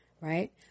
right